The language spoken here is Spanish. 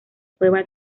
cueva